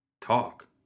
Talk